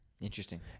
Interesting